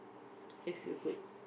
yes you good